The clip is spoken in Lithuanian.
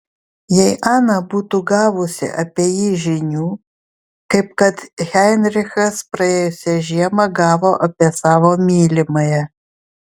jei ana būtų gavusi apie jį žinių kaip kad heinrichas praėjusią žiemą gavo apie savo mylimąją